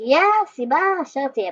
תהיה הסבה אשר תהיה,